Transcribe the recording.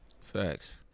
Facts